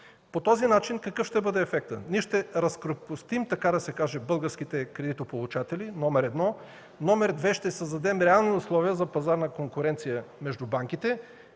По този начин какъв ще бъде ефектът? Ще разкрепостим, така да се каже, българските кредитополучатели – номер едно; номер две – ще създадем реални условия за пазарна конкуренция между банките;